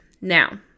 Now